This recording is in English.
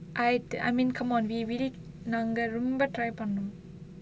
I I mean come on we really நாங்க ரொம்ப:naanga romba try பண்ணுவோம்:pannuvom